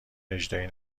اجرایی